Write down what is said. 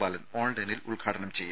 ബാലൻ ഓൺലൈനിൽ ഉദ്ഘാടനം ചെയ്യും